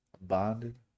Bonded